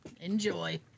enjoy